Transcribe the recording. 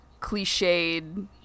cliched